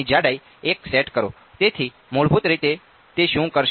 તેથી મૂળભૂત રીતે તે શું કરશે